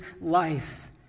life